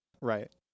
right